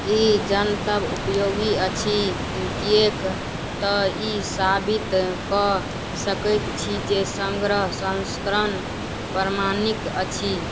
ई जनतब उपयोगी अछि किएक तँ ई साबित कऽ सकैत छी जे सङ्ग्रह संस्करण प्रमाणिक अछि